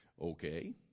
Okay